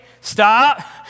stop